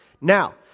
Now